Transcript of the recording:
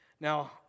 Now